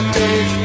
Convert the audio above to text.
take